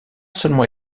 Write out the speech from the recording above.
seulement